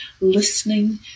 listening